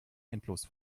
endlos